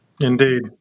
Indeed